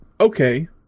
okay